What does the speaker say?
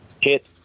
Hit